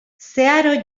zeharo